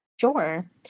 Sure